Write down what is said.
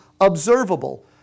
observable